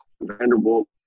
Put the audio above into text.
Vanderbilt